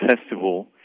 festival